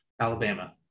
Alabama